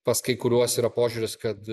pas kai kuriuos yra požiūris kad